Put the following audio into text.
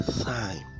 time